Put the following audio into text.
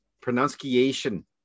pronunciation